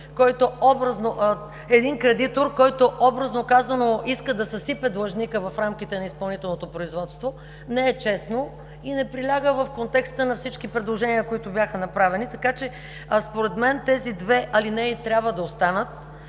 който образно казано иска да съсипе длъжника в рамките на изпълнителното производство, не е честно и не приляга в контекста на всички предложения, които бяха направени. Според мен тези две алинеи трябва да останат.